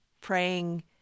praying